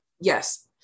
Yes